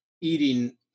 eating